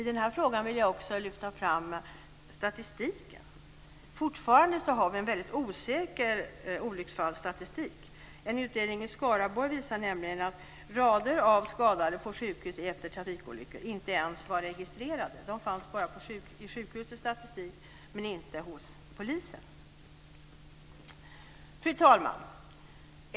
I den här frågan vill jag också lyfta fram statistiken. Fortfarande har vi en väldigt osäker olycksfallsstatistik. En utredning i Skaraborg visar nämligen att rader av skadade på sjukhus efter trafikolyckor inte ens var registrerade. De fanns bara i sjukhusets statistik men inte hos polisen. Fru talman!